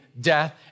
death